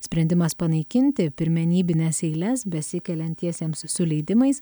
sprendimas panaikinti pirmenybines eiles besikeliantiesiems su leidimais